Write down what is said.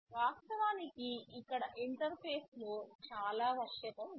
వాస్తవానికి ఇక్కడ ఇంటర్ఫేస్ లో చాలా వశ్యత ఉంది